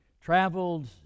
traveled